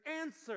answer